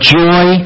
joy